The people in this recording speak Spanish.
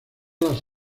las